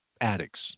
addicts